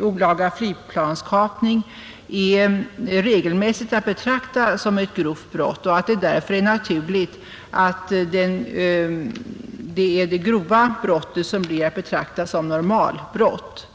olaga flygplanskapning regelmässigt är att betrakta som ett grovt brott och att det därför är naturligt att det är det grova brottet som bör betraktas som normalbrott.